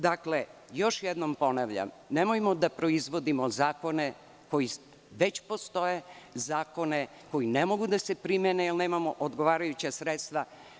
Dakle, još jednom ponavljam, nemojmo da proizvodimo zakone koji već postoje, zakone koji ne mogu da se primene jer nemamo odgovarajuća sredstva.